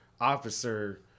officer